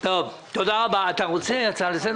היא קורסת,